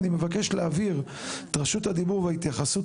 אני מבקש להעביר את רשות הדיבור וההתייחסות